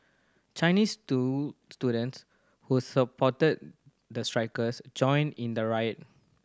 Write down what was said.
Chinese students who supported the strikers joined in the riot